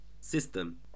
system